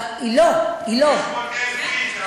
טוב,